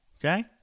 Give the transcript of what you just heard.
okay